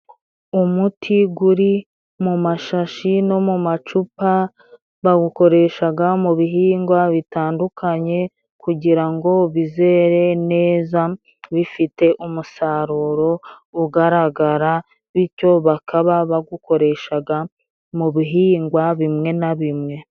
Umuti guri mu mashashi no mu macupa, bawukoreshaga mu bihingwa bitandukanye kugira ngo bizere neza bifite umusaruro ugaragara bityo bakaba bagukoreshaga mu bihingwa bimwe na bimwe.